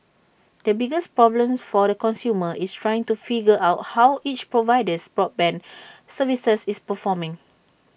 the biggest problem for A consumer is trying to figure out how each provider's broadband service is performing